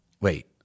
Wait